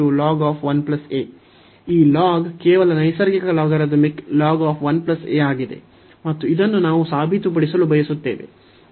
ಈ ಲಾಗ್ ಕೇವಲ ನೈಸರ್ಗಿಕ ಲಾಗರಿಥಮಿಕ್ ಆಗಿದೆ ಮತ್ತು ಇದನ್ನು ನಾವು ಸಾಬೀತುಪಡಿಸಲು ಬಯಸುತ್ತೇವೆ